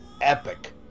epic